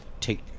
take